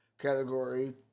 category